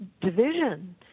division